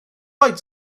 lights